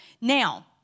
Now